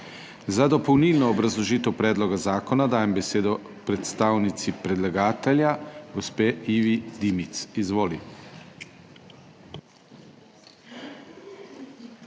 Za dopolnilno obrazložitev predloga zakona dajem besedo predstavnici predlagatelja gospe Ivi Dimic. Izvoli.